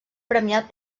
premiat